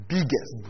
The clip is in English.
Biggest